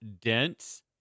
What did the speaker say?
dense